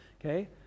okay